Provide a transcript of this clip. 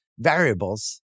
variables